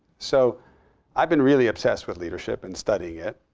so i've been really obsessed with leadership and studying it.